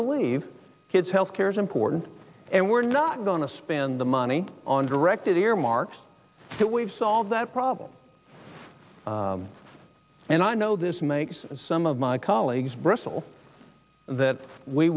believe kids health care is important and we're not going to spend the money on directed earmarks that we've solved that problem and i know this makes some of my colleagues bristle that we